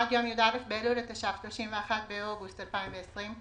עד יום י"א באלול התש"ף (31 באוגוסט 2020),